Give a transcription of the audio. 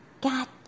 got